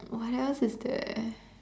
what else is there